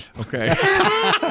Okay